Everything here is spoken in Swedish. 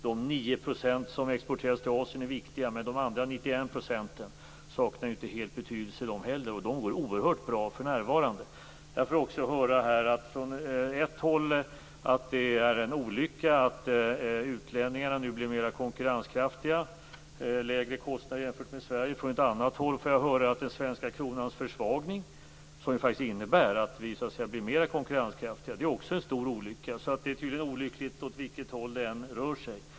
De 9 % som exporteras till Asien är viktiga, men övriga 91 % saknar ju inte helt betydelse, och de går oerhört bra för närvarande. Från ett håll här har jag fått höra att det är en olycka att utlänningarna nu blir konkurrenskraftiga, eftersom de har lägre kostnader än man har i Sverige. Från ett annat håll har jag fått höra att den svenska kronans försvagning - som faktiskt innebär att vi blir mer konkurrenskraftiga - också är en stor olycka. Det är tydligen olyckligt åt vilket håll det än rör sig.